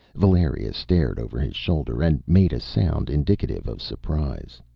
valeria stared over his shoulder, and made a sound indicative of surprise.